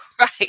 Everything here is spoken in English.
Right